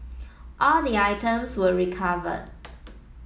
all the items were recovered